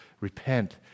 repent